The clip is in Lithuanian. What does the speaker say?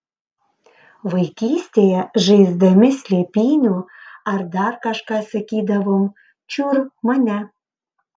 vaikystėje žaisdami slėpynių ar dar kažką sakydavom čiur mane